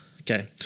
Okay